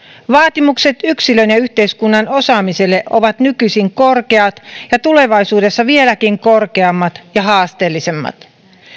vaatimukset yksilön ja yhteiskunnan osaamiselle ovat nykyisin korkeat ja tulevaisuudessa vieläkin korkeammat ja haasteellisemmat